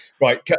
Right